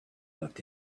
looked